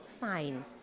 Fine